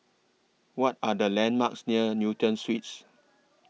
What Are The landmarks near Newton Suites